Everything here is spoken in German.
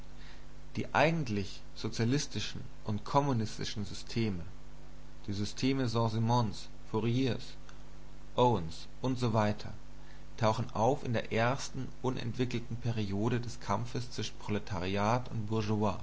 die eigentlich sozialistischen und kommunistischen systeme die systeme st simons fouriers owens usw tauchen auf in der ersten unentwickelten periode des kampfes zwischen proletariat und